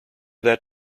that